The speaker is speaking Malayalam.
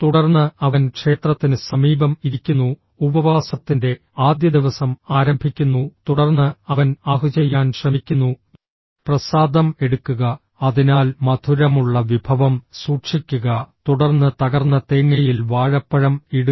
തുടർന്ന് അവൻ ക്ഷേത്രത്തിന് സമീപം ഇരിക്കുന്നു ഉപവാസത്തിന്റെ ആദ്യ ദിവസം ആരംഭിക്കുന്നു തുടർന്ന് അവൻ ആഹ് ചെയ്യാൻ ശ്രമിക്കുന്നു പ്രസാദം എടുക്കുക അതിനാൽ മധുരമുള്ള വിഭവം സൂക്ഷിക്കുക തുടർന്ന് തകർന്ന തേങ്ങയിൽ വാഴപ്പഴം ഇടുക